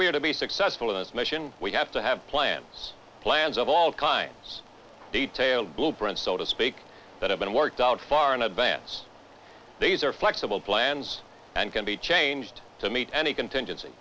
we are to be successful in this mission we have to have plans plans of all kinds detailed blueprint so to speak that have been worked out far in advance these are flexible plans and can be changed to meet any contingency